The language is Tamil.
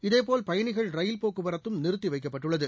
இதேபோல் பயணிகள் ரயில் போக்குவரத்தும் நிறுத்தி வைக்கப்பட்டுள்ளது